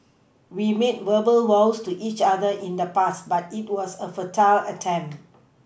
we made verbal vows to each other in the past but it was a futile attempt